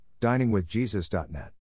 diningwithjesus.net